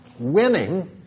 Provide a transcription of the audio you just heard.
winning